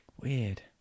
Weird